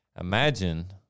Imagine